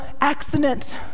accident